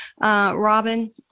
Robin